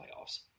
playoffs